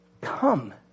come